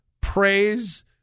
Praise